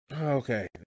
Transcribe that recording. Okay